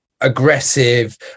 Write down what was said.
aggressive